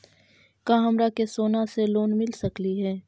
का हमरा के सोना से लोन मिल सकली हे?